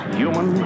human